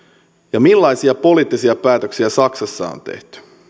sitä millaisia poliittisia päätöksiä saksassa on tehty